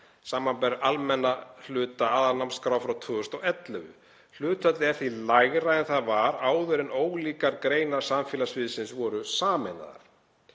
sbr. almenna hluta aðalnámskrár 2011. Hlutfallið er því lægra en það var áður en ólíkar greinar samfélagssviðsins voru sameinaðar.